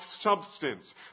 substance